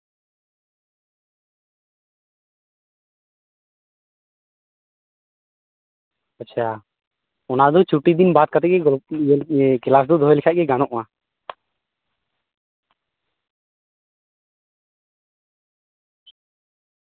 ᱟᱪᱪᱷᱟ ᱚᱱᱟ ᱫᱚ ᱪᱷᱩᱴᱤ ᱫᱤᱱ ᱵᱟᱫ ᱠᱟᱛᱮ ᱜᱮ ᱠᱟᱞᱥ ᱫᱚ ᱫᱚᱦᱚᱭ ᱞᱮᱠᱷᱟᱡ ᱫᱚ ᱜᱟᱱᱚᱜᱼᱟ